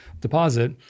deposit